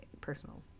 personal